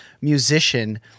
musician